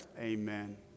Amen